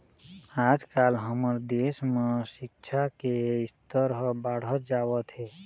आजकाल हमर देश म सिक्छा के स्तर ह बाढ़त जावत हे